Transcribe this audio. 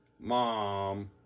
Mom